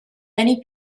many